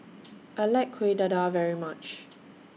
I like Kueh Dadar very much